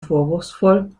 vorwurfsvoll